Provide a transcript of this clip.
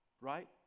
Right